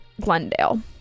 glendale